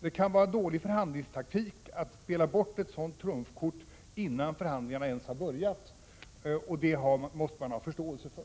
Det kan vara dålig förhandlingstaktik att spela bort ett sådant trumfkort innan förhandlingarna ens har börjat, vilket man måste ha förståelse för.